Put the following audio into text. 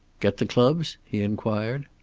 get the clubs? he inquired.